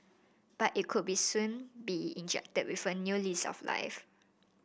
but it could be soon be injected with a new lease of life